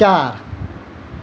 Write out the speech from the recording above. चार